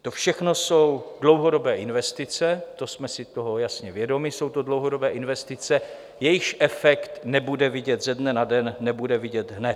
To všechno jsou dlouhodobé investice, toho jsme si jasně vědomi, jsou to dlouhodobé investice, jejichž efekt nebude vidět ze dne na den, nebude vidět hned.